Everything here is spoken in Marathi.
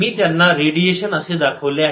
मी त्यांना रेडिएशन असे दाखवले आहे